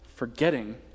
Forgetting